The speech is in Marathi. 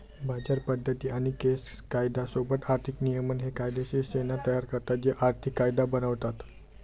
बाजार पद्धती आणि केस कायदा सोबत आर्थिक नियमन हे कायदेशीर श्रेण्या तयार करतात जे आर्थिक कायदा बनवतात